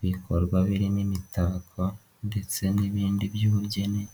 Ibikorwa birimo imitako ndetse n'ibindi by'ubugeni,